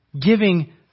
giving